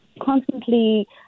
constantly